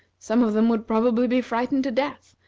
some of them would probably be frightened to death,